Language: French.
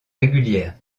régulière